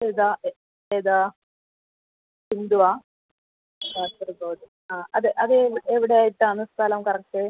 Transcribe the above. ഏതാ ഏതാ ബിന്ദുവോ കാസർഗോഡ് ആ അത് അത് എവിടെ ആയിട്ട് ആണ് സ്ഥലം കറക്റ്റ്